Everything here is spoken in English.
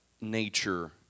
nature